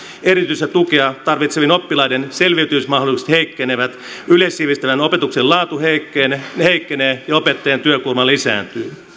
erityistä tukea tarvitsevien oppilaiden selviytymismahdollisuudet heikkenevät yleissivistävän opetuksen laatu heikkenee ja opettajien työkuorma lisääntyy